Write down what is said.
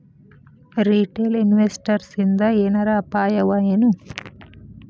Retail ಇನ್ವೆಸ್ಟರ್ಸಿಂದಾ ಏನರ ಅಪಾಯವಎನು?